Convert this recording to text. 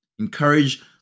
Encourage